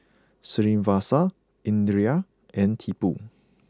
Srinivasa Indira and Tipu